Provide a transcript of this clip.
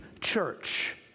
church